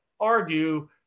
Argue